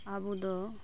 ᱟᱵᱚ ᱫᱚ